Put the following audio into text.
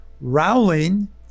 Rowling